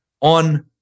on